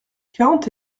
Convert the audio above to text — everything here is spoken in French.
quarante